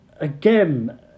Again